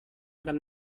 akan